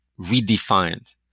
redefined